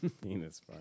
Penis